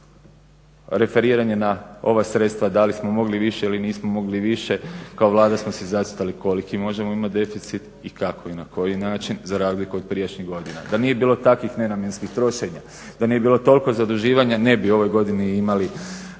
Referiranje na ova sredstva da li smo mogli više ili nismo mogli više. Kao Vlada smo si zacrtali koliki možemo imati deficit i kako i na koji način za razliku od prijašnjih godina. Da nije bilo takvih nenamjenskih trošenja, da nije bilo toliko zaduživanja ne bi u ovoj godini imali